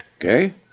Okay